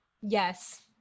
yes